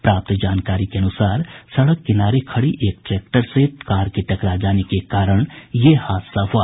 प्राप्त जानकारी के अनुसार सड़क किनारे खड़ी एक ट्रैक्टर से कार के टकरा जाने के कारण यह हादसा हुआ